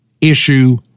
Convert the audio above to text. issue